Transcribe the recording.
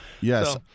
Yes